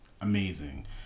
amazing